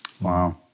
Wow